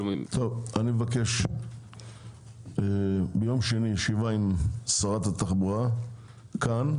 אני מבקש ביום שני ישיבה עם שרת התחבורה כאן,